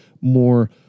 more